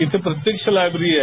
येथे प्रत्यक्ष लायब्ररी आहे